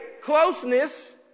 closeness